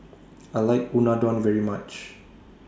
I like Unadon very much